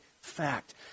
fact